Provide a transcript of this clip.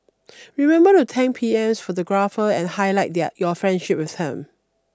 remember to thank P M's photographer and highlight there your friendship with him